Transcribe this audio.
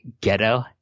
Ghetto